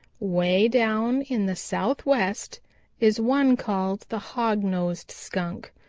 way down in the southwest is one called the hog-nosed skunk,